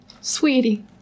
sweetie